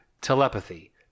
Telepathy